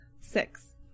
six